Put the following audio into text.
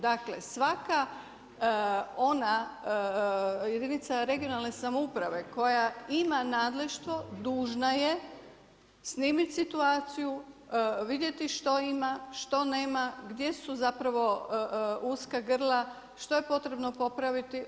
Dakle svaka ona jedinica regionalne samouprave koja ima nadleštvo dužna je snimiti situaciju, vidjeti što ima, što nema, gdje su zapravo uska grla, što je potrebno popraviti.